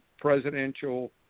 presidential